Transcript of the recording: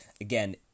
again